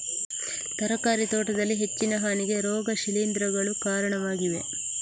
ತರಕಾರಿ ತೋಟದಲ್ಲಿ ಹೆಚ್ಚಿನ ಹಾನಿಗೆ ರೋಗ ಶಿಲೀಂಧ್ರಗಳು ಕಾರಣವಾಗಿವೆ